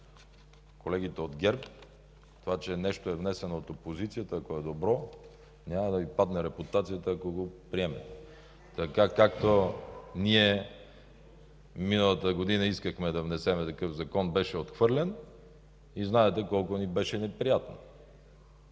колегите от ГЕРБ – това, че нещо е внесено от опозицията, ако е добро, няма да Ви падне репутацията, ако го приемете. Така както ние миналата година искахме да внесем такъв закон, беше отхвърлен и знаете колко ни беше неприятно.